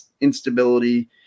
instability